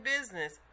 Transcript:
business